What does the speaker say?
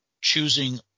choosing